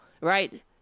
Right